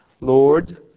Lord